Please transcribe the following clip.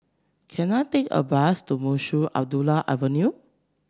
can I take a bus to Munshi Abdullah Avenue